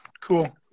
Cool